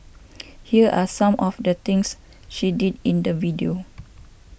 here are some of the things she did in the video